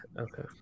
Okay